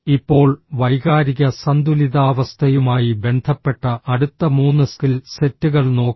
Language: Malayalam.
ഇപ്പോൾ വൈകാരിക സന്തുലിതാവസ്ഥയുമായി ബന്ധപ്പെട്ട അടുത്ത 3 സ്കിൽ സെറ്റുകൾ നോക്കാം